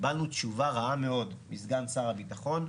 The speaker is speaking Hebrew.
קיבלנו תשובה רעה מאוד מסגן שר הביטחון,